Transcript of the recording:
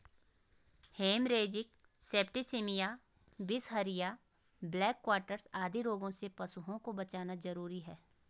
haemorrhagic septicaemia, बिसहरिया, black quarters आदि रोगों से पशुओं को बचाना जरूरी है